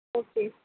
okay